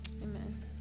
Amen